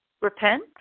Repent